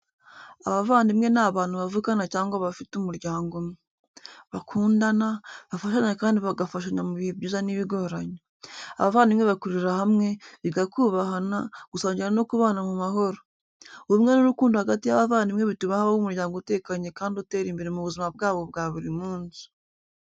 Abavandimwe ni abantu bavukana cyangwa bafite umuryango umwe. Bakundana, bafashanya kandi bagafashanya mu bihe byiza n’ibigoranye. Abavandimwe bakurira hamwe, biga kubahana, gusangira no kubana mu mahoro. Ubumwe n’urukundo hagati y’abavandimwe bituma habaho umuryango utekanye kandi utera imbere mu buzima bwabo bwa buri munsi.